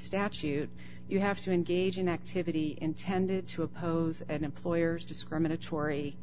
statute you have to engage in activity intended to oppose an employer's discriminatory